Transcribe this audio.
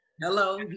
Hello